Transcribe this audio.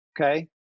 okay